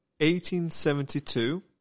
1872